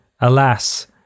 alas